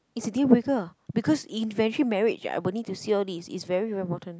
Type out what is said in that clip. it's a deal breaker because eventually marriage I will need to see all this it's very very important